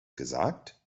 gesagt